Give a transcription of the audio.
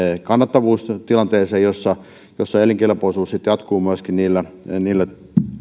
kannattavuustilanteeseen jossa jossa elinkelpoisuus jatkuu myöskin niillä niillä